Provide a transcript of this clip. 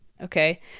okay